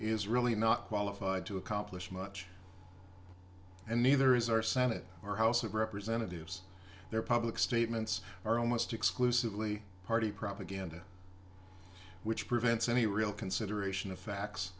is really not qualified to accomplish much and neither is our senate or house of representatives their public statements are almost exclusively party propaganda which prevents any real consideration of facts